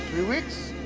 three weeks?